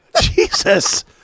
Jesus